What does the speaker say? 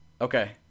Okay